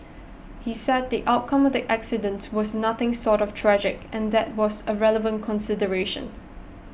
he said the outcome of the accidents was nothing short of tragic and that was a relevant consideration